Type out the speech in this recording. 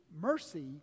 mercy